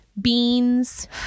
beans